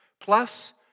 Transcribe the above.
plus